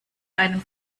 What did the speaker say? einem